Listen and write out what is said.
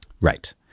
Right